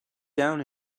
down